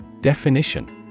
Definition